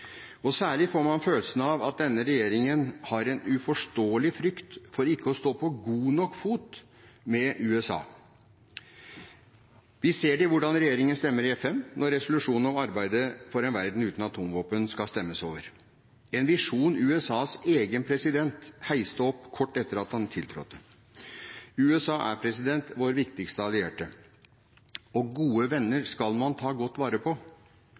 Særlig får man følelsen av at denne regjeringen har en uforståelig frykt for ikke å stå på god nok fot med USA. Vi ser det i hvordan regjeringen stemmer i FN når resolusjonene om arbeidet for en verden uten atomvåpen skal stemmes over, en visjon USAs egen president heiste opp kort tid etter at han tiltrådte. USA er vår viktigste allierte, og gode venner skal man ta godt vare på.